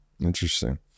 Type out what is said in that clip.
Interesting